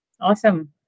Awesome